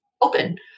open